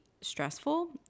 stressful